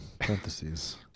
parentheses